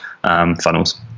Funnels